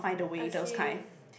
I see